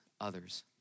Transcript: others